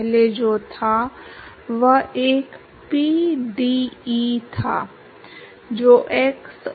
इससे अब हम जा सकते हैं और पता लगा सकते हैं कि घर्षण गुणांक क्या है